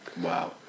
wow